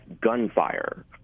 gunfire